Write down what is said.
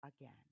again